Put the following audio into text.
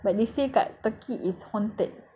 but they say dekat turkey it's haunted